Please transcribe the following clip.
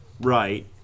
right